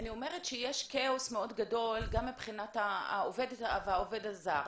יש כאוס מאוד גדול גם מבחינת העובדת והעובד הזר.